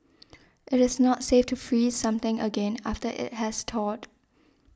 it is not safe to freeze something again after it has thawed